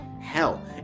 hell